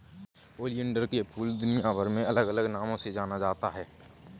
oleander के फूल दुनियाभर में अलग अलग नामों से जाना जाता है